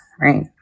right